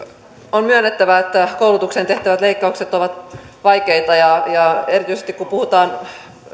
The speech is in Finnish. on myönnettävä että koulutukseen tehtävät leikkaukset ovat vaikeita erityisesti kun puhutaan